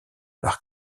par